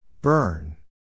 Burn